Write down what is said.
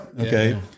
Okay